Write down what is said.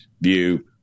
view